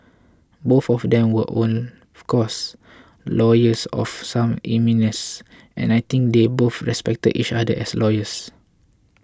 both of them were of course lawyers of some eminence and I think they both respected each other as lawyers